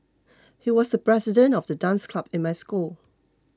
he was the president of the dance club in my school